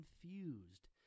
confused